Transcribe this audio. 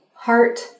Heart